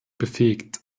befähigt